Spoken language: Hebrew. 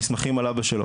המסמכים על אבא שלו.